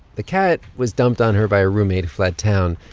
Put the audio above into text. the cat was dumped on her by a roommate who fled town.